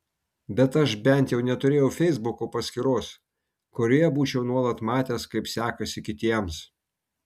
bet aš bent jau neturėjau feisbuko paskyros kurioje būčiau nuolat matęs kaip sekasi kitiems